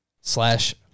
slash